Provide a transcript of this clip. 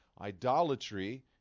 Idolatry